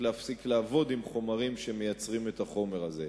להפסיק לעבוד עם חומרים שמייצרים את החומר הזה.